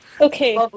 Okay